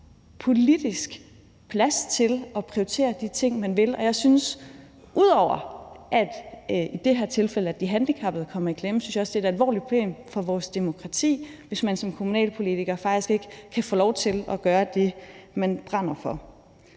politisk plads til at prioritere de ting, man vil. Ud over at i det her tilfælde de handicappede kommer i klemme, synes jeg også at det er et alvorligt problem for vores demokrati, hvis man som kommunalpolitiker faktisk ikke kan få lov til at gøre det, man brænder for.